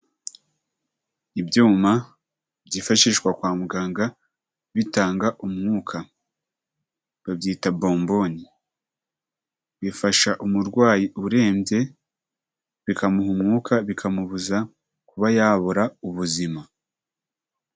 Ibyuma byifashishwa kwa muganga, bitanga umwuka, babyita bombone, bifasha umurwayi urembye, bikamuha umwuka, bikamubuza kuba yabura ubuzima.